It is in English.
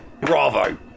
bravo